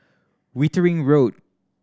Wittering Road